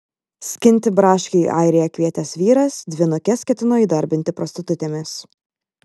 skinti braškių į airiją kvietęs vyras dvynukes ketino įdarbinti prostitutėmis